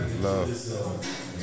Love